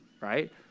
right